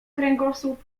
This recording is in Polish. kręgosłup